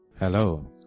Hello